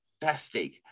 fantastic